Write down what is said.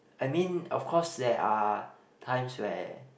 I mean of course there are times where